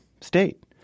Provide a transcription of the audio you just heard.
state